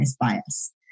bias